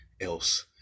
else